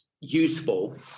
useful